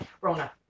Rona